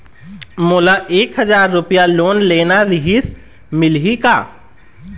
मोला एक हजार रुपया लोन लेना रीहिस, मिलही का?